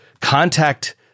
contact